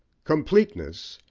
completeness,